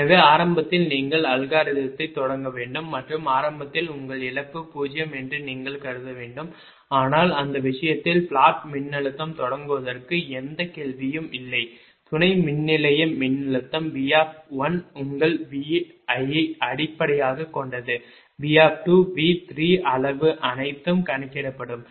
எனவே ஆரம்பத்தில் நீங்கள் அல்காரிதத்தை தொடங்க வேண்டும் மற்றும் ஆரம்பத்தில் உங்கள் இழப்பு 0 என்று நீங்கள் கருத வேண்டும் ஆனால் அந்த விஷயத்தில் பிளாட் மின்னழுத்தம் தொடங்குவதற்கு எந்த கேள்வியும் இல்லை துணை மின்நிலைய மின்னழுத்தம் V உங்கள் V ஐ அடிப்படையாகக் கொண்டது V V அளவு அனைத்தும் கணக்கிடப்படும்